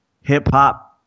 hip-hop